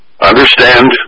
Understand